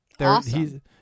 Awesome